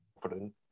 confident